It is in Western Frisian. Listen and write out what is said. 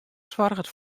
soarget